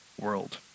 world